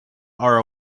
are